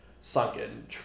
sunken